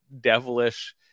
devilish